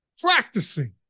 practicing